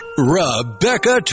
Rebecca